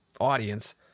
audience